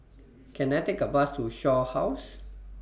Can I Take A Bus to Shaw House